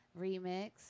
Remix